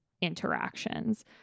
interactions